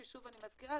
ששוב אני מזכירה,